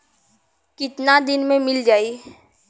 कितना दिन में मील जाई?